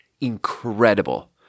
incredible